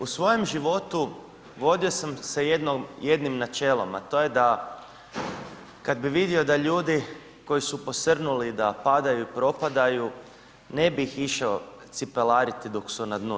U svojem životu vodio sam se jednim načelom, a to je da kada bi vidio da ljudi koji su posrnuli i da padaju i propadaju ne bih ih išao cipelariti dok su na dnu.